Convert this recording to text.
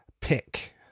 pick